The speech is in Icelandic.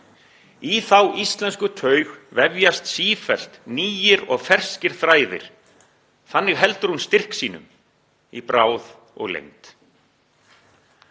Í þá íslensku taug vefjast sífellt nýir og ferskir þræðir; þannig heldur hún styrk sínum í bráð og lengd.